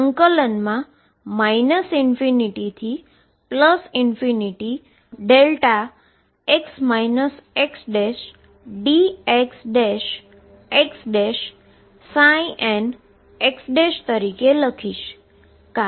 હવે હું આંતરિક ઈન્ટીગ્રેશન માટે ∞x xdxxnx તરીકે લખીશ